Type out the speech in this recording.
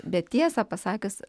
bet tiesą pasakius